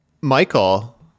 michael